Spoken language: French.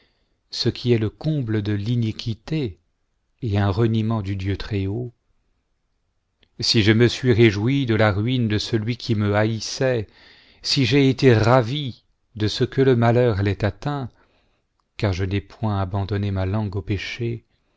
ce qui est le comble de l'iniquité et un reniement du dieu très-haut si je me suis réjpui de la ruine de celui qui me haïssait si j'ai été ravi de ce que le malheur l'ait atteint car je n'ai point abandonné ma langue au péché